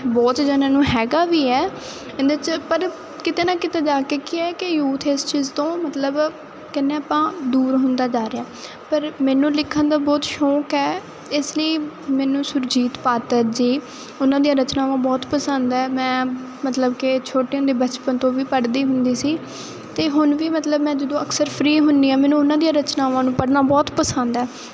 ਬਹੁਤ ਜਣਿਆਂ ਨੂੰ ਹੈਗਾ ਵੀ ਹੈ ਇਹਦੇ 'ਚ ਪਰ ਕਿਤੇ ਨਾ ਕਿਤੇ ਜਾ ਕੇ ਕੀ ਹੈ ਕਿ ਯੂਥ ਇਸ ਚੀਜ਼ ਤੋਂ ਮਤਲਬ ਕਹਿੰਦੇ ਆਪਾਂ ਦੂਰ ਹੁੰਦਾ ਜਾ ਰਿਹਾ ਪਰ ਮੈਨੂੰ ਲਿਖਣ ਦਾ ਬਹੁਤ ਸ਼ੌਕ ਹੈ ਇਸ ਲਈ ਮੈਨੂੰ ਸੁਰਜੀਤ ਪਾਤਰ ਜੀ ਉਹਨਾਂ ਦੀਆਂ ਰਚਨਾਵਾਂ ਬਹੁਤ ਪਸੰਦ ਹੈ ਮੈਂ ਮਤਲਬ ਕਿ ਛੋਟੀ ਹੁੰਦੀ ਬਚਪਨ ਤੋਂ ਵੀ ਪੜ੍ਹਦੀ ਹੁੰਦੀ ਸੀ ਅਤੇ ਹੁਣ ਵੀ ਮਤਲਬ ਮੈਂ ਜਦੋਂ ਅਕਸਰ ਫ੍ਰੀ ਹੁੰਦੀ ਹਾਂ ਮੈਨੂੰ ਉਹਨਾਂ ਦੀਆਂ ਰਚਨਾਵਾਂ ਨੂੰ ਪੜ੍ਹਨਾ ਬਹੁਤ ਪਸੰਦ ਹੈ